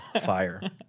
Fire